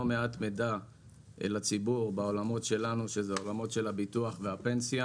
מעט מידע לציבור בעולמות שלנו העולמות של הביטוח והפנסיה